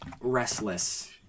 restless